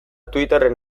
twitterren